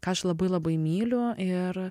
ką aš labai labai myliu ir